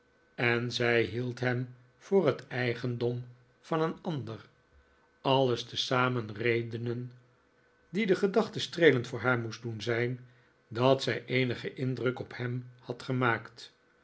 en zij hield hem vopr het eigendom van een ander alles tezamen redenen die de gedachte streelend voor haar moest doen zijn dat zij eenigen indruk op hem had gemaakt